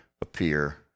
appear